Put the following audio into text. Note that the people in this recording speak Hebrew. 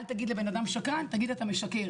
לא להגיד לאדם "שקרן" תגיד "אתה משקר".